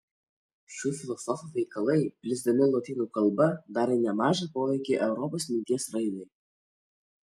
šių filosofų veikalai plisdami lotynų kalba darė nemažą poveikį europos minties raidai